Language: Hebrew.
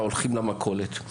"הולכים למכולת".